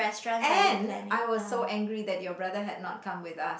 and I was so angry that your brother had not come with us